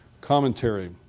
commentary